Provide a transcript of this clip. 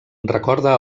recorda